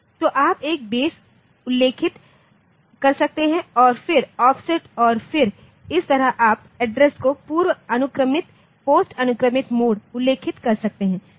तो आप एक बेस उल्लिखित कर सकते हैं और फिर ऑफसेट और फिर इस तरह आप एड्रेस को पूर्व अनुक्रमितपोस्ट अनुक्रमित मोड़ उल्लिखित कर सकते हैं